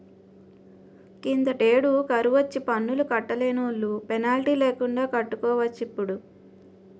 కిందటేడు కరువొచ్చి పన్ను కట్టలేనోలు పెనాల్టీ లేకండా కట్టుకోవచ్చటిప్పుడు